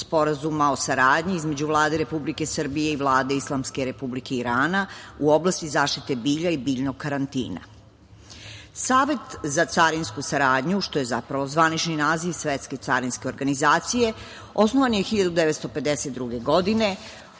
Sporazuma o saradnji između Vlade Republike Srbije i Vlade Islamske Republike Irana u oblasti zaštite bilja i biljnog karantina. Savet za carinsku saradnju, što je zapravo zvanični naziv Svetske carinske organizacije, osnovan je 1952. godine